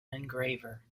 engraver